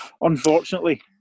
Unfortunately